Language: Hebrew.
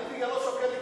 אני בגללו שוקל לתמוך.